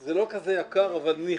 זה לא כזה יקר אבל ניחא.